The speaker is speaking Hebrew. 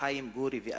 חיים גורי ואחרים,